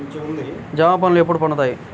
జామ పండ్లు ఎప్పుడు పండుతాయి?